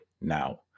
now